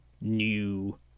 new